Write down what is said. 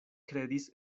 kredis